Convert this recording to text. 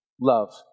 love